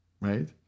Right